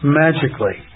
magically